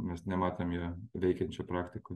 mes nematėm jo veikiančio praktikoj